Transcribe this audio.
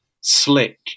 slick